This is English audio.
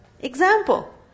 Example